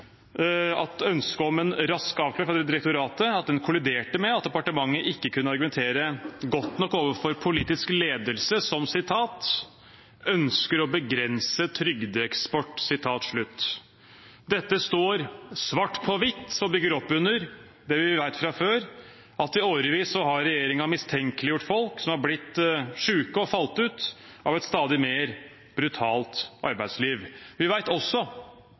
ønsket om en rask avklaring fra direktoratet kolliderte med at departementet ikke kunne argumentere godt nok overfor politisk ledelse, som ønsket å begrense trygdeeksport. Dette står svart på hvitt og bygger opp under det vi vet fra før, at regjeringen i årevis har mistenkeliggjort folk som har blitt syke og falt ut av et stadig mer brutalt arbeidsliv. Vi vet også